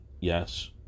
yes